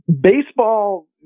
Baseball